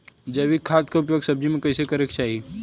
जैविक खाद क उपयोग सब्जी में कैसे करे के चाही?